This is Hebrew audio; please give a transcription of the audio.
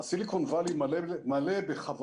הסיליקון ואלי מלא בחברות